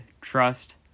trust